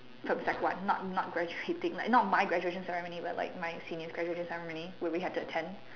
from sec one not not graduating like not my graduation ceremony but like my senior graduation ceremony where we had to attend